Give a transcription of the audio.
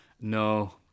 No